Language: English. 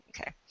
okay